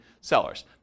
sellers